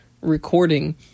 recording